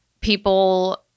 people –